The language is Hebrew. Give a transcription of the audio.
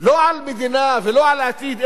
לא על מדינה ולא על עתיד,